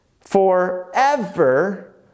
forever